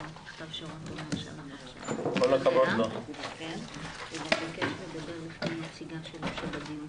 ואני מתכבד לפתוח את ישיבת ועדת העבודה,